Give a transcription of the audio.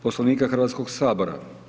Poslovnika Hrvatskog sabora.